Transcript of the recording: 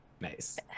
Nice